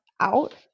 out